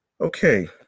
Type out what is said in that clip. okay